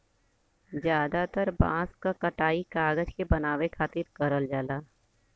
जादातर बांस क कटाई कागज के बनावे खातिर करल जाला